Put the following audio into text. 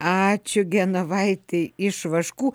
ačiū genovaitei iš vaškų